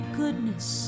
goodness